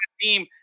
team